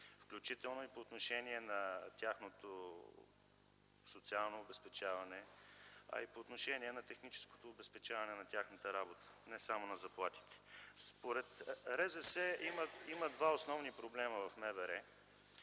включително и по отношение на тяхното социално обезпечаване, а и по отношение на техническото обезпечаване на тяхната работа, не само на заплатите. Според РЗС има два основни проблема в МВР